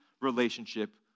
relationship